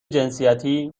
جنسیتی